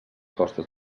costes